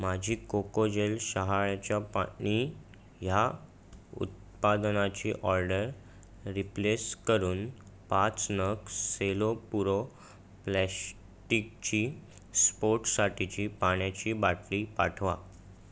माझी कोकोजेल शहाळ्याच्या पाणी ह्या उत्पादनाची ऑर्डर रिप्लेस करून पाच नग सेलोपुरो प्लॅश्टिकची स्पोर्ट्ससाठीची पाण्याची बाटली पाठवा